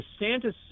desantis